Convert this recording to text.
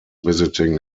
visiting